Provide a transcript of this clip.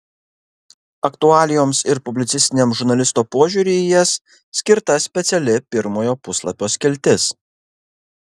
aktualijoms ir publicistiniam žurnalisto požiūriui į jas skirta speciali pirmojo puslapio skiltis